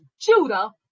Judah